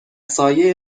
سایه